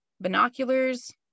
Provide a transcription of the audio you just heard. binoculars